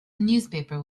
newspaper